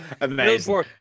Amazing